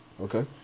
Okay